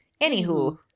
Anywho